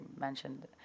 mentioned